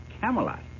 Camelot